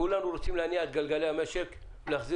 כולנו רוצים להניע את גלגלי המשק ולהחזיר